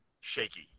shaky